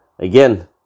Again